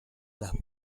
las